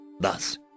Thus